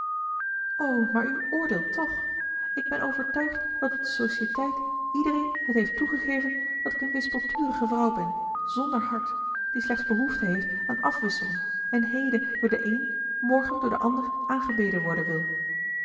maar u oordeelt toch ik ben overtuigd dat op de societeit iedereen het heeft toegegeven dat ik een wispelturige vrouw ben zonder hart die slechts behoefte heeft aan afwisseling en heden door den een morgen door den ander aangebeden worden wil